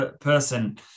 person